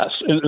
yes